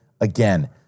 again